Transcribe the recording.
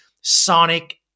sonic